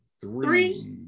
three